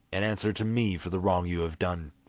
and answer to me for the wrong you have done.